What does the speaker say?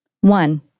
One